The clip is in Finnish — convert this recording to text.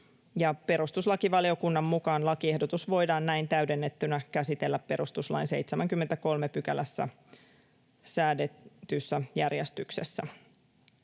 perustuslakivaliokunnan mukaan lakiehdotus voidaan näin täydennettynä käsitellä perustuslain 73 §:ssä säädetyssä järjestyksessä.